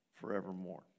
forevermore